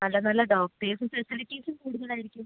നല്ല നല്ല ഡോക്ടേഴ്സ് ഫെസിലിറ്റീസും കൂടുതൽ ആയിരിക്കും